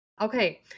Okay